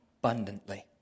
abundantly